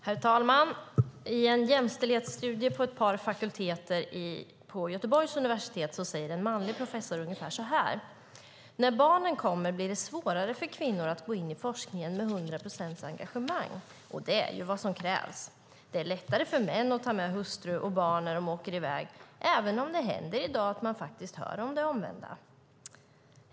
Herr talman! I en jämställdhetsstudie på ett par fakulteter vid Göteborgs universitet säger en manlig professor ungefär så här: När barnen kommer blir det svårare för kvinnor att gå in i forskningen med hundra procents engagemang, och det är ju vad som krävs. Det är lättare för män att ta med hustru och barn när de åker i väg, även om det i dag faktiskt händer att man hör om det omvända.